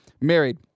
married